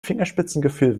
fingerspitzengefühl